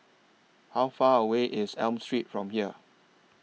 How Far away IS Elm Street from here